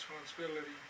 responsibility